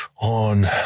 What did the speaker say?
on